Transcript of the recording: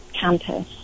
campus